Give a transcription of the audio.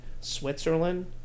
Switzerland